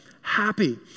happy